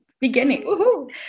beginning